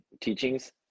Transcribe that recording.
teachings